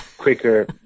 Quicker